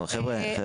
טוב, חבר'ה.